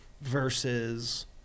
versus